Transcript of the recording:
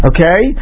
Okay